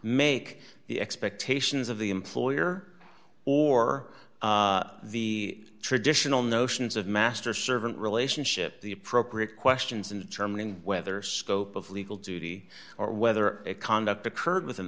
make the expectations of the employer or the traditional notions of master servant relationship the appropriate questions in term and whether scope of legal duty or whether it conduct occurred within